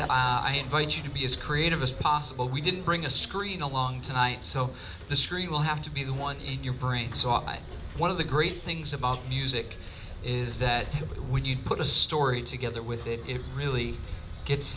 i invite you to be as creative as possible we didn't bring a screen along tonight so the screen will have to be the one in your brain so i one of the great things about music is that when you put a story together with it it